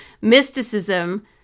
mysticism